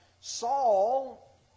Saul